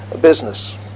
business